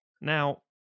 Now